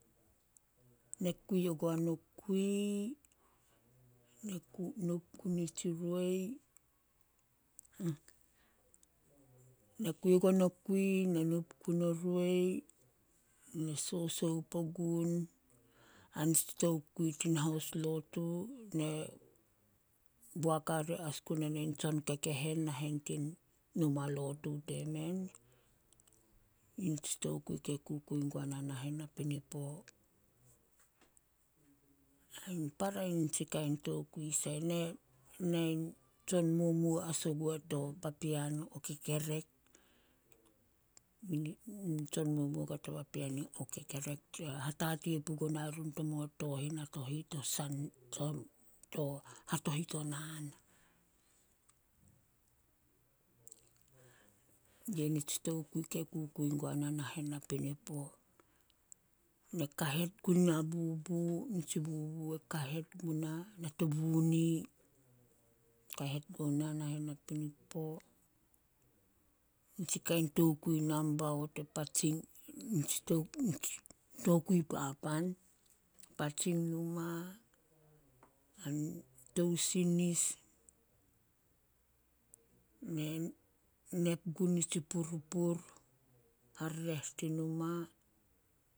Ne kui ogua nokui, nup gun tsi roi. Ne kui ogua nokui, ne nup gun o roi, ne sosoup ogun, anitsi tokui tin haus lotu, ne boak hare as gun ena in tsonkekehen nahen tin numa lotu temen, yi nitsi tokui kei kukui gua na nahen napinipo. Ain para in nitsi kain tokui sai. Nain tsonmumuo as oguo to papean o kekerek. Tsonmomuo oguo to papean o kekerek. Hatatei pugua nae run tomo tooh Natohi to to hatohit o naan. Yi nitsi tokui ke kukui guana nahen napinipo. Na kahet gun na bubu- nitsi bubu e kahet guna, na tubuni kahet guna nahen napinipo. Nitsi kain tokui nambaot e patsing tokui papan. Patsing numa ain tou sinis. Ne nep gun nitsi purpur harereh tin numa,